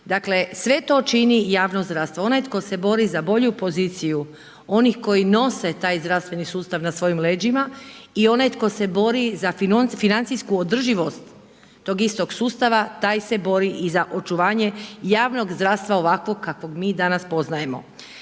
Dakle, sve to čini javno zdravstvo. Onaj tko se bori za bolju poziciju oni koji nose taj zdravstveni sustav na svojim leđima i onaj tko se bori za financijsku održivost tog istog sustava taj se bori i za očuvanje javnog zdravstva ovakvog kakvog mi danas poznajemo.